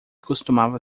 costumava